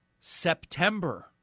september